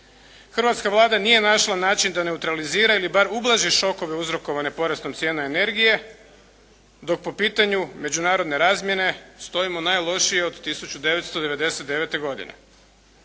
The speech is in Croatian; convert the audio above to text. Hrvatska Vlada nije našla način da neutralizira ili bar ublaži šokove uzrokovane porastom cijena energije dok po pitanju međunarodne razmjene stojimo najlošije od 1999. godine.